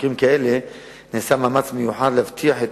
במקרים כאלה נעשה מאמץ מיוחד להבטיח את